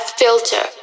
filter